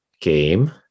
game